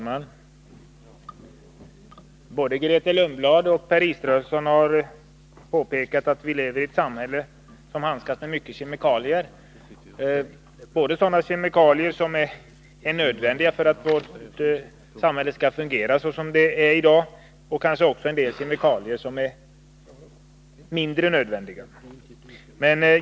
Herr talman! Både Grethe Lundblad och Per Israelsson har påpekat att vi lever i ett samhälle som handskas med många kemikalier. Det gäller sådana kemikalier som är nödvändiga för att vårt samhälle skall fungera som det nu gör, men kanske också sådana kemikalier som är mindre nödvändiga.